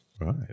Right